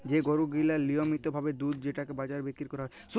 যে গরু গিলা লিয়মিত ভাবে দুধ যেটকে বাজারে বিক্কিরি ক্যরা হ্যয়